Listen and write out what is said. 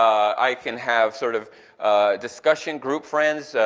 i can have sort of discussion group friends,